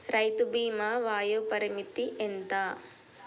రైతు బీమా వయోపరిమితి ఎంత?